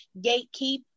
gatekeep